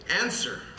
Answer